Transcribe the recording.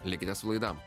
likite su laida